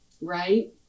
right